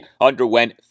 underwent